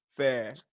Fair